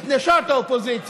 את נשות האופוזיציה.